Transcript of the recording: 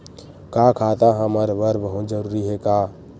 का खाता हमर बर बहुत जरूरी हे का?